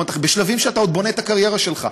בשלבים שאתה עוד בונה את הקריירה שלך,